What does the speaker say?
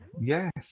yes